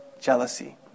jealousy